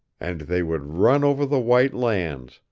and they would run over the white lands,